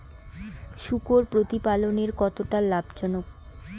শূকর প্রতিপালনের কতটা লাভজনক?